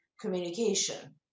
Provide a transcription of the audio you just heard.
communication